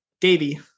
Davey